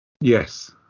Yes